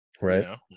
Right